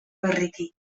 berriki